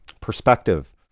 perspective